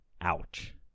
Ouch